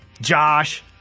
Josh